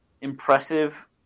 impressive